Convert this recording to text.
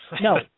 No